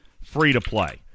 free-to-play